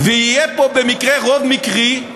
ויהיה פה במקרה רוב מקרי,